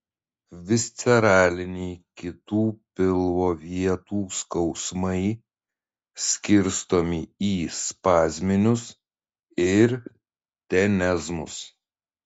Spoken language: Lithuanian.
visceraliniai kitų pilvo vietų skausmai skirstomi į spazminius ir tenezmus